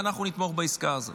ואנחנו נתמוך בעסקה הזאת